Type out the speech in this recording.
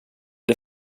det